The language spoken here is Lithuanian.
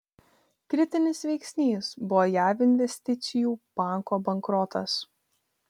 kritinis veiksnys buvo jav investicijų banko bankrotas